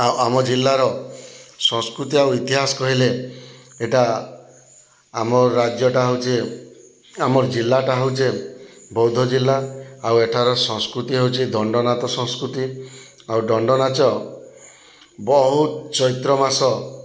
ଆଉ ଆମ ଜିଲ୍ଲାର ସଂସ୍କୃତି ଆଉ ଇତିହାସ କହିଲେ ଏଇଟା ଆମ ରାଜ୍ୟଟା ହେଉଛି ଆମ ଜିଲ୍ଲାଟା ହେଉଛି ବୌଦ୍ଧ ଜିଲ୍ଲା ଆଉ ଏଠାର ସଂସ୍କୃତି ହେଉଛି ଦଣ୍ଡ ନାଚ ସଂସ୍କୃତି ଆଉ ଦଣ୍ଡ ନାଚ ବହୁତ ଚୈତ୍ର ମାସ